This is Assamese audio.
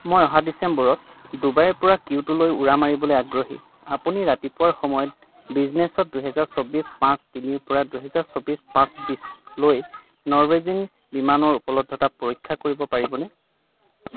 মই অহা ডিচেম্বৰত ডুবাইৰ পৰা কিয়োটোলৈ উৰা মাৰিবলৈ আগ্ৰহী আপুনি ৰাতিপুৱাৰ সময়ত বিজিনেছত দুহেজাৰ চৌব্বিছ পাঁচ তিনিৰ পৰা দুহেজাৰ চৌব্বিছ পাঁচ বিছলৈ নৰৱেজিন বিমানৰ উপলব্ধতা পৰীক্ষা কৰিব পাৰিবনে